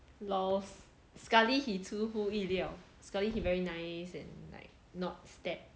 LOL sekali he 出乎意料 sekali he very nice and like not step